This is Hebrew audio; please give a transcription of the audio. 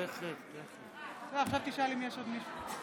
עוד מישהו?